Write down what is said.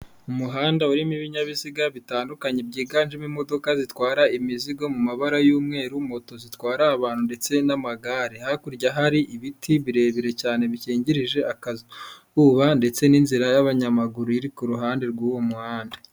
Umuhanda urimo ibinyabiziga bitandukanye byiganjemo imodoka zitwara imizigo mu mabara y'umweru, moto zitwara abantu ndetse n'amagare. Hakurya hari ibiti birebire cyane bikingirije akazuba, ndetse n'inzira y'abanyamaguru iri ku ruhande rw'uwo muhanda.